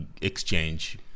exchange